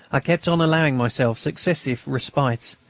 i kept on allowing myself successive respites,